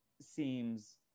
seems